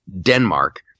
Denmark